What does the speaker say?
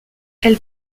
elle